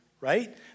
Right